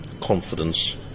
confidence